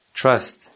trust